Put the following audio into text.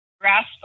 grasp